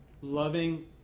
loving